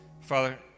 Father